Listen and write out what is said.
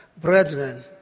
brethren